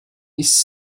ist